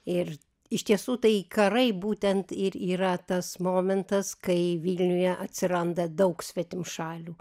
ir iš tiesų tai karai būtent ir yra tas momentas kai vilniuje atsiranda daug svetimšalių